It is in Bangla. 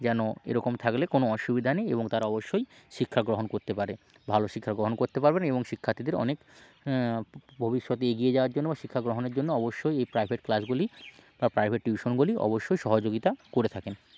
যেন এরকম থাকলে কোন অসুবিধা নেই এবং তারা অবশ্যই শিক্ষা গ্রহণ করতে পারে ভালো শিক্ষা গ্রহণ করতে পারবেন এবং শিক্ষার্থীদের অনেক ভবিষ্যতে এগিয়ে যাওয়ার জন্য বা শিক্ষা গ্রহণের জন্য অবশ্যই এই প্রাইভেট ক্লাসগুলি বা প্রাইভেট টিউশনগুলি অবশ্যই সহযোগিতা করে থাকে